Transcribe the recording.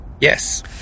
Yes